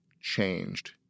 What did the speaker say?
changed